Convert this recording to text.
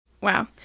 Wow